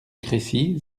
crécy